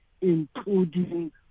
including